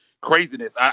craziness